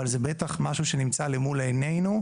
אבל זה בטח משהו שנמצא למול ענינו,